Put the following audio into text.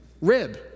rib